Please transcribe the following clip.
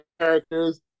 characters